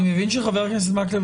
אני מבין שחבר הכנסת מקלב,